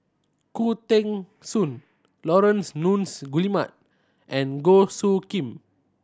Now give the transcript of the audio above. Khoo Teng Soon Laurence Nunns Guillemard and Goh Soo Khim